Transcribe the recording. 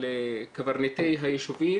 של קברניטי היישובים